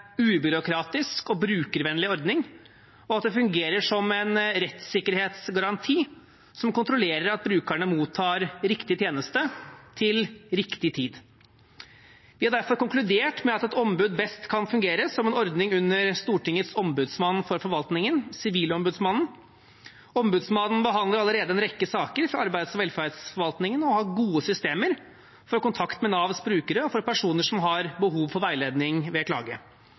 ubyråkratisk og brukervennlig ordning, og at det fungerer som en rettssikkerhetsgaranti som kontrollerer at brukerne mottar riktig tjeneste til riktig tid. Vi har derfor konkludert med at et ombud best kan fungere som en ordning under Stortingets ombudsmann for forvaltningen, Sivilombudsmannen. Ombudsmannen behandler allerede en rekke saker fra arbeids- og velferdsforvaltningen og har gode systemer for kontakt med Navs brukere og personer som har behov for veiledning ved klage.